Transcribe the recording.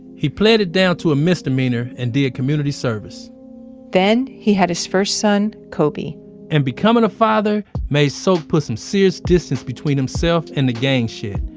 he played it down to a misdemeanor and did community service then he had his first son, kobe and becoming a father made sok so put some serious distance between himself and the gang shit.